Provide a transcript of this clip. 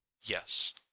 yes